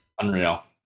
Unreal